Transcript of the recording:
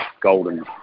golden